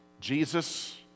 Jesus